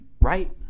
Right